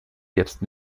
jetzt